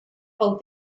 pel